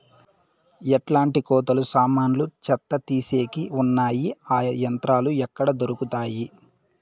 ఎట్లాంటి కోతలు సామాన్లు చెత్త తీసేకి వున్నాయి? ఆ యంత్రాలు ఎక్కడ దొరుకుతాయి?